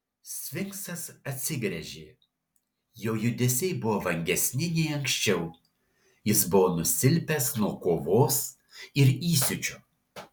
sfinksas atsigręžė jo judesiai buvo vangesni nei anksčiau jis buvo nusilpęs nuo kovos ir įsiūčio